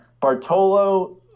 Bartolo